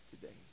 today